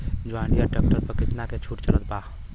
जंडियर tractor पर कितना के छूट चलत बा?